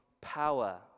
power